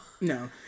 No